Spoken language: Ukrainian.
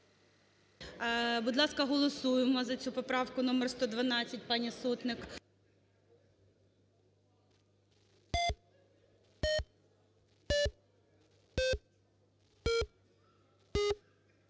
Будь ласка, голосуємо за цю поправку номер 112 пані Сотник.